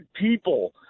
people